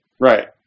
Right